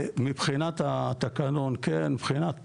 מבחינת התקנון כן, מבחינת